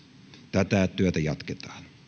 tätä työtä jatketaan